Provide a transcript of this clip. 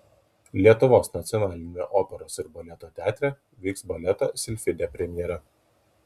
lietuvos nacionaliniame operos ir baleto teatre vyks baleto silfidė premjera